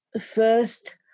first